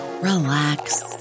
relax